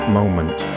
moment